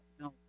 No